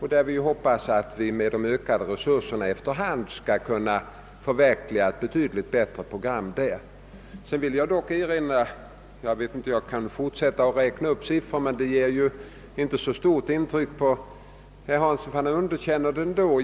I det avseendet hoppas vi att vi efter hand med ökade resurser skall kunna förverkliga ett betydligt bättre program. Jag kan fortsätta att räkna upp siffror, men det gör ju inte stort intryck på herr Hansson eftersom han underkänner dem.